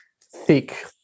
thick